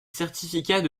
certificats